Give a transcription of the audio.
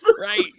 right